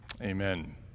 Amen